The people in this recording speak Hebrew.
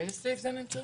באיזה סעיף זה נמצא?